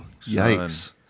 Yikes